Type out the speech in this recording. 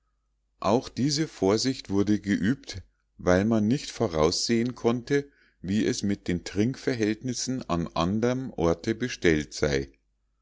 auch diese vorsicht wurde geübt weil man nicht voraussehen konnte wie es mit den trinkverhältnissen an anderm orte bestellt sei